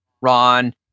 Ron